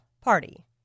party